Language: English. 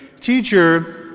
Teacher